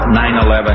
9/11